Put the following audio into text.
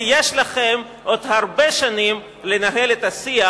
כי יש לכם עוד הרבה שנים לנהל את השיח